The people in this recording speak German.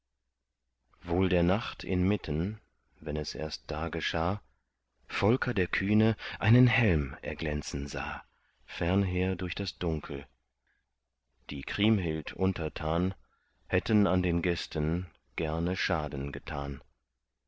wohl der nacht inmitten wenn es erst da geschah volker der kühne einen helm erglänzen sah fernher durch das dunkel die kriemhild untertan hätten an den gästen gerne schaden getan